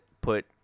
put